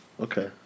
Okay